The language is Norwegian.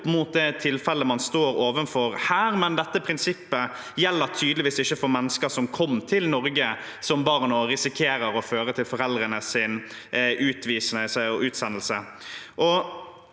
grenser opp mot det tilfellet man står overfor her, men dette prinsippet gjelder tydeligvis ikke for mennesker som kom til Norge som barn og risikerer å føre til foreldrenes utsendelse.